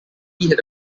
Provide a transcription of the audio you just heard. had